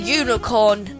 unicorn